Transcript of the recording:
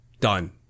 Done